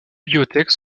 bibliothèques